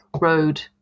road